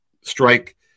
strike